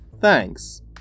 thanks